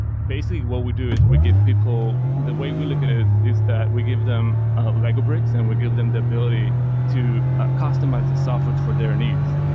basically what we do is we give people the way we look at it is that we give them lego bricks and we give them the ability to ah customize the software for their needs.